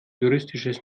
juristisches